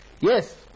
yes